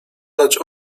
dać